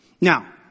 Now